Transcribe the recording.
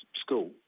school